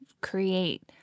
create